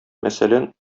мәсәлән